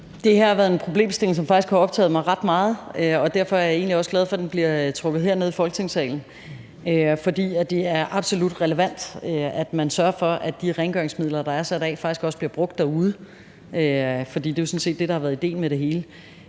har været en problemstilling, som faktisk har optaget mig ret meget, og derfor er jeg egentlig også glad for, at den bliver trukket herned i Folketingssalen. For det er absolut relevant, at man sørger for, at de midler til rengøring, der er sat af, rent faktisk også bliver brugt derude, for det er jo sådan set det, der har været idéen med det hele.